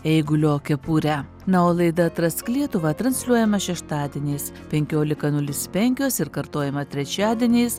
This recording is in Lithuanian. eigulio kepurę na o laida atrask lietuvą transliuojama šeštadieniais penkiolika nulis penkios kartojama trečiadieniais